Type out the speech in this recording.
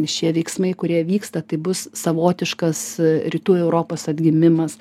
šie veiksmai kurie vyksta tai bus savotiškas rytų europos atgimimas